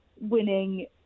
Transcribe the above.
winning